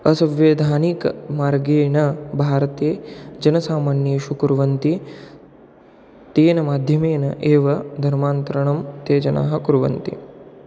असंविधानिकं मार्गेण भारते जनसामान्येषु कुर्वन्ति तेन माध्यमेन एव धर्मान्तरणं ते जनाः कुर्वन्ति